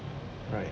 right